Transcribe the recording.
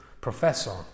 professor